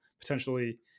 potentially